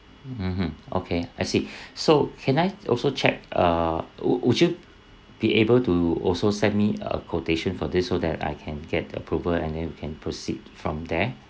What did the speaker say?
mmhmm okay I see so can I also check err would would you be able to also send me a quotation for this so that I can get approval and then we can proceed from there